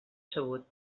sabut